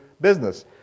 business